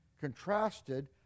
contrasted